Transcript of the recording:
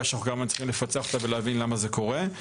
שאנחנו כמובן צריכים לפצח אותה ולהבין למה זה קורה.